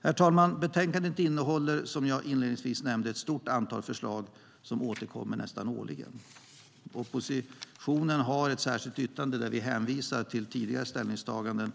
Herr talman! Betänkandet innehåller, som jag inledningsvis nämnde, ett stort antal förslag som återkommer nästan årligen. Oppositionen har ett särskilt yttrande där vi hänvisar till tidigare ställningstaganden.